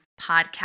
podcast